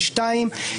והשנייה,